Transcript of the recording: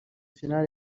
final